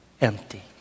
empty